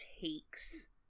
takes